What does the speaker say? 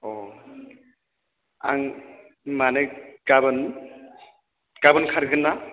आं माने गाबोन गाबोन खारगोन ना